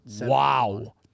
Wow